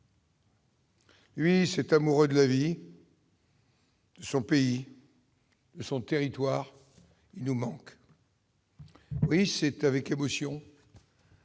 Cet amoureux de la vie, de son pays et de son territoire nous manque. Oui, c'est avec émotion